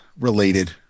related